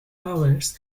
powers